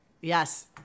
Yes